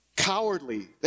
cowardly